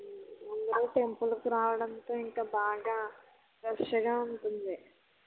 ముందు రోజు టెంపుల్కి రావడంతో ఇంక బాగా రష్గా ఉంటుంది